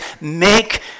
make